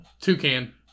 Toucan